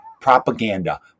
propaganda